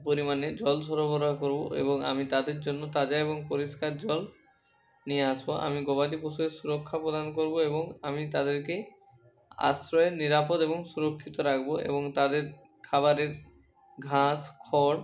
পরিমাণে জল সরবরাহ করবো এবং আমি তাদের জন্য তাজা এবং পরিষ্কার জল নিয়ে আসবো আমি গবাদি পশুদের সুরক্ষা প্রদান করবো এবং আমি তাদেরকে আশ্রয়ে নিরাপদ এবং সুরক্ষিত রাখবো এবং তাদের খাবারের ঘাস খড়